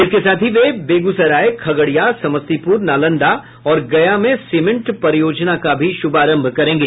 इसके साथ ही वे बेगूसराय खगड़िया समस्तीपुर नालंदा और गया में सीमेंट परियोजना का भी शुभारंभ करेंगे